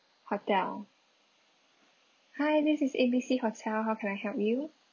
hotel hi this is A B C hotel how can I help you